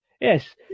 Yes